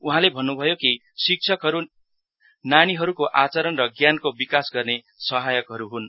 उहाँले भन्नुभयो कि शिक्षकहरू नानीहरूको आचरण र ज्ञानको विकास गर्ने सहायकहरू हुन्